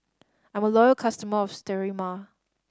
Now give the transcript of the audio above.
I'm a loyal customer of Sterimar